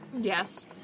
Yes